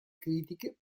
critiche